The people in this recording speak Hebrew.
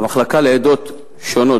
המחלקה לעדות שונות,